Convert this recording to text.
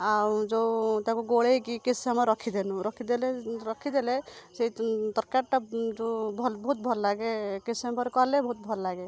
ଆଉ ଯେଉଁ ତାକୁ ଗୋଳେଇକି କିଛି ସମୟ ରଖିଦେନୁ ରଖିଦେଲେ ରଖିଦେଲେ ସେଇ ତରକାରୀଟା ଯେଉଁ ଭଉ ବହୁତ ଭଲ ଲାଗେ କିଛି ସମୟ ପରେ କଲେ ବହୁତ ଭଲ ଲାଗେ